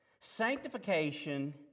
Sanctification